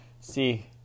See